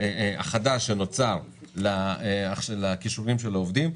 החדש שנוצר לכישורים של העובדים,